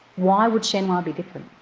why would shenhua be different?